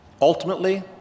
Ultimately